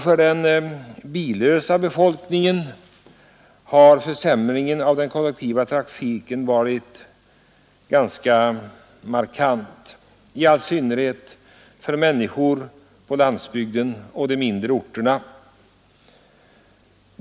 För den billösa befolkningen har försämringen av den kollektiva trafiken varit ganska markant, i all synnerhet för människor på landsbygden och de mindre orterna.